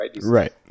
right